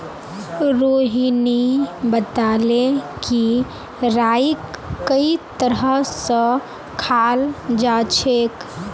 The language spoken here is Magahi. रोहिणी बताले कि राईक कई तरह स खाल जाछेक